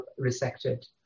resected